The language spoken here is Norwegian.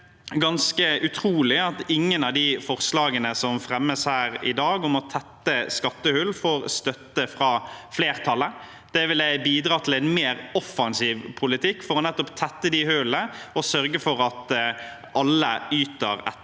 det er utrolig at ingen av de forslagene som fremmes her i dag om å tette skattehull, får støtte fra flertallet. Det ville bidratt til en mer offensiv politikk for nettopp å tette disse hullene og sørge for at alle yter etter